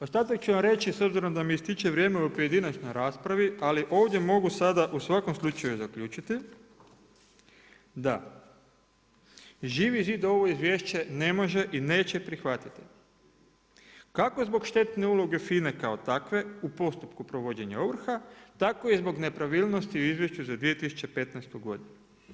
Ostatak ću vam reći s obzirom da mi ističe vrijeme u pojedinačnoj raspravi, ali ovdje mogu sada u svakom slučaju zaključiti da Živi zid ovo izvješće ne može i neće prihvatiti kako zbog štetne uloge FINA-e kao takve u postupku provođenja ovrha, tako i zbog nepravilnosti u izvješću za 2015. godinu.